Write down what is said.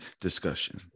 discussion